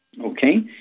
Okay